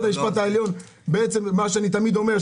זה מה שאני אומר תמיד,